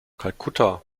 kalkutta